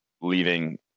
leaving